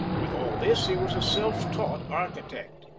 with all this, he was a self-taught architect.